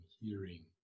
hearing